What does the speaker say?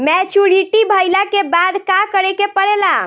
Maturity भईला के बाद का करे के पड़ेला?